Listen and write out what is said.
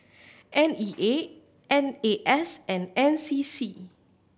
N E A N A S and N C C